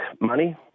money